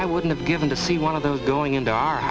i would have given to see one of those going into our